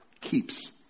keeps